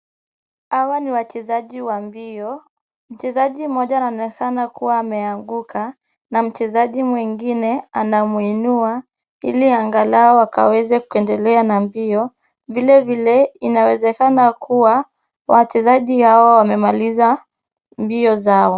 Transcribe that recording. Hawa ni wachezaji wa mbio. Mchezaji mmoja anaonekana kuwa ameanguka na mchezaji mwingine anamuinua ili angalau akaweze kuendelea na mbio. Vile vile, inawezekana kuwa wachezaji hawa wamemaliza mbio zao.